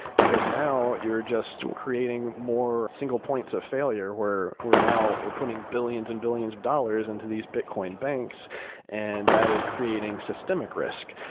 because now you're just creating more single points of failure where we're now putting billions and billions of dollars into these bitcoin banks and that is creating systemic risk.